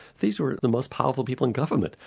these were the most powerful people in government.